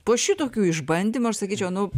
po šitokių išbandymų aš sakyčiau nu